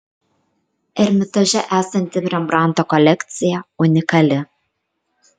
ermitaže esanti rembrandto kolekcija unikali